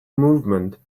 movement